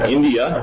India